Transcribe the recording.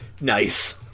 Nice